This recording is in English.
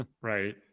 Right